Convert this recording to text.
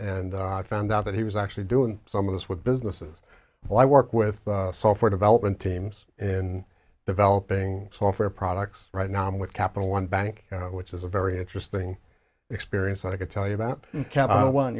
and i found out that he was actually doing some of this with businesses why work with software development teams and developing software products right now i'm with capital one bank which is a very interesting experience i could tell you about capital one o